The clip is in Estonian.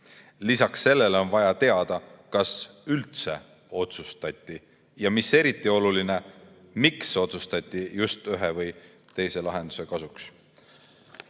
Lisaks sellele on vaja teada, kas üldse otsustati, ja mis eriti oluline – miks otsustati just ühe või teise lahenduse kasuks."